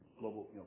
global